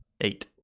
Eight